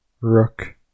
rook